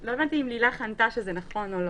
לא הבנתי אם לילך ענתה שזה נכון או לא.